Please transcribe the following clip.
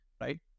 right